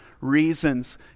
reasons